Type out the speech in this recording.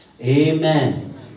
Amen